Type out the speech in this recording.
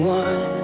one